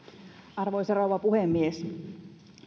arvoisa rouva puhemies